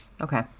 Okay